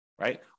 right